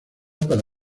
para